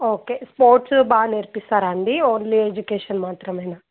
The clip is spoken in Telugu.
ఓకే స్పోర్ట్స్ బాగా నేర్పిస్తారాండి ఓన్లీ ఎడ్యుకేషన్ మాత్రమేనా